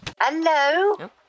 Hello